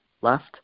left